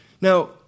Now